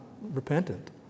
repentant